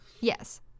Yes